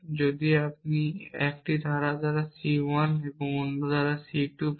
যদি আপনি 1টি ধারা C 1 অন্য একটি ধারা C 2 পান